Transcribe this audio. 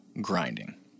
grinding